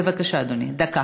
בבקשה, אדוני, דקה.